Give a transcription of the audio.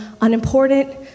unimportant